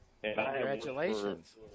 Congratulations